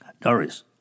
Doris